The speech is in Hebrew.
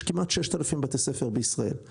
יש כמעט 6,000 בתי ספר בישראל,